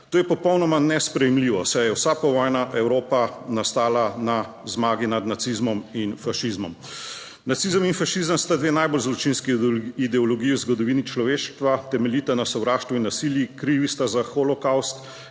To je popolnoma nesprejemljivo, saj je vsa povojna Evropa nastala na zmagi nad nacizmom in fašizmom. Nacizem in fašizem sta dve najbolj zločinski ideologiji v zgodovini človeštva, temeljita na sovraštvu in nasilju, krivi sta za holokavst.